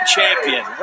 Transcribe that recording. Champion